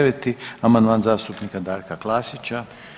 9. amandman zastupnika Darka Klasića.